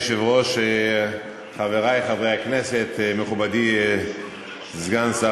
אדוני היושב-ראש, חברי חברי הכנסת, מכובדי סגן שר